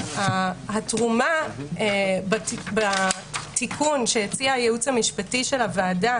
התרומה בתיקון שהציע הייעוץ המשפטי של הוועדה